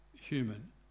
human